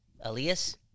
Elias